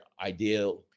ideal